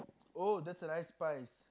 oh that's a nice spice